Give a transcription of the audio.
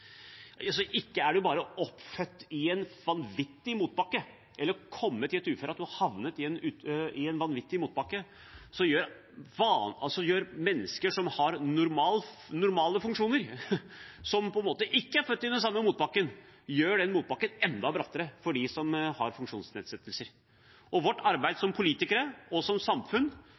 Ikke nok med at man er født i en vanvittig motbakke, eller har kommet i et uføre som har gjort at man har havnet i en vanvittig motbakke: I tillegg gjør folk som har normale funksjoner og ikke er født inn i den motbakken, den enda brattere for dem som har funksjonsnedsettelser. Vårt arbeid som politikere og som samfunn